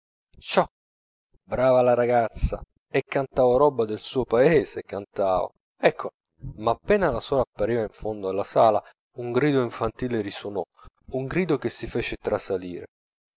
spedale ciò brava la ragazza e cantavo roba del suo paese cantavo eccola ma appena la suora appariva in fondo alla sala un grido infantile risuonò un grido che ci fece trasalire